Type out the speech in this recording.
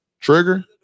trigger